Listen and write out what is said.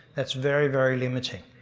that's very, very limiting.